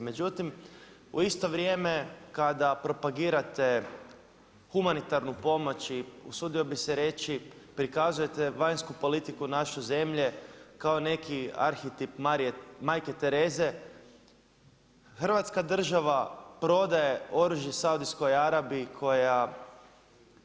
Međutim, u isto vrijeme kada propagirate humanitarnu pomoć i usudio bih se reći prikazujete vanjsku politiku naše zemlje kao neki arhitip Majke Tereze Hrvatska država prodaje oružje Saudijskoj Arabiji koja